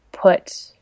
put